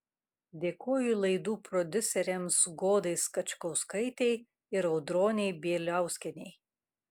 dėkoju laidų prodiuserėms godai skačkauskaitei ir audronei bieliauskienei